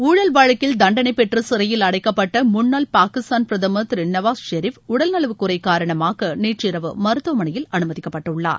ஊழல் வழக்கில் தண்டனை பெற்று சிறையில் அடைக்கப்பட்ட முன்னாள் பாகிஸ்தான் பிரதமர் திரு நவாஸ் ஷெரீப் உடல்நலக் குறைவு காரணமாக நேற்றிரவு மருத்துவமனையில் அனுமதிக்கப்பட்டுள்ளார்